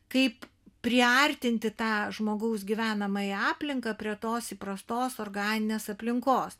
kaip priartinti tą žmogaus gyvenamąją aplinką prie tos įprastos organinės aplinkos